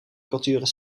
culturen